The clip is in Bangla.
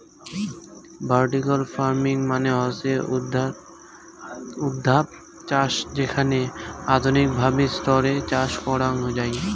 ভার্টিকাল ফার্মিং মানে হসে উর্ধ্বাধ চাষ যেখানে আধুনিক ভাবে স্তরে চাষ করাঙ যাই